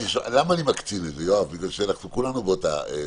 אני מקצין את זה בגלל שכולנו באותה סירה.